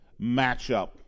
matchup